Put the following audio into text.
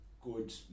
good